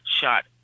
shot